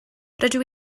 rydw